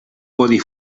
codi